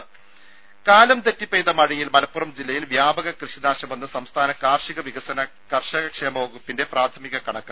രും കാലം തെറ്റി പെയ്ത മഴയിൽ മലപ്പുറം ജില്ലയിൽ വ്യാപക കൃഷിനാശമെന്ന് സംസ്ഥാന കാർഷിക വികസന കർഷകക്ഷേമ വകുപ്പിന്റെ പ്രാഥമിക കണക്ക്